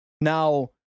Now